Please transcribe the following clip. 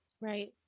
Right